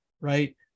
right